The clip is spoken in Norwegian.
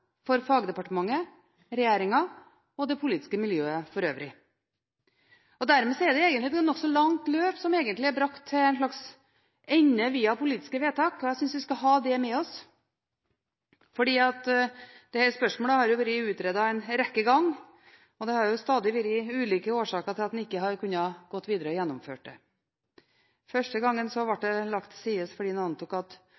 for fagdepartementet, for regjeringen og for det politiske miljøet for øvrig. Dermed er det egentlig et nokså langt løp som er brakt til en slags ende via politiske vedtak, og jeg synes vi skal ha det med oss. Dette spørsmålet har vært utredet en rekke ganger, og det har stadig vært ulike årsaker til at en ikke har kunnet gå videre og gjennomføre det. Den første gangen ble